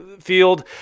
field